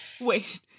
wait